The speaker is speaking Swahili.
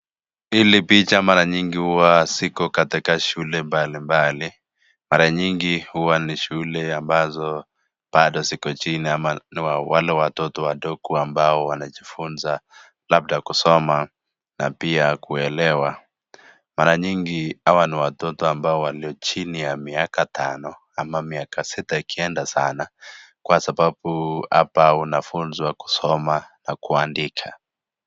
Hili picha mara mingi huwa ziko katika shule mbali mbali ,mara nyingi huwa ni shule ambazo bado ziko chini ama ni ya wale watoto wadogo ambao wanajifunza labda kusoma na pia kuelewa ,mara nyingi hawa ni watoto ambao walio chini ya miaka tano ama miaka sita ikienda sana, kwa sababu hapa unafunzwa kusoma na kuandika.